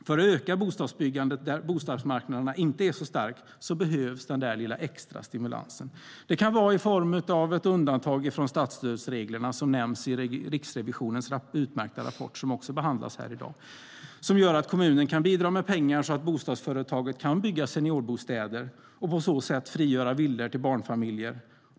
För att öka bostadsbyggandet där bostadsmarknaden inte är så stark behövs den där lilla extra stimulansen. Det kan vara i form av ett undantag från statsstödsreglerna, som nämns i Riksrevisionens utmärkta rapport som också behandlas här i dag, som gör att kommunen kan bidra med pengar så bostadsföretaget kan bygga seniorbostäder och på så sätt frigöra villor till barnfamiljer.